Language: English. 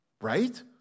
Right